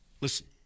listen